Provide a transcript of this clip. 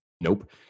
Nope